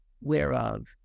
whereof